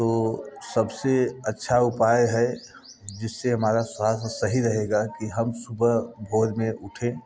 तो सबसे अच्छा उपाय है जिससे हमारा स्वास्थ्य सही रहेगा कि हम सुबह भोर में उठें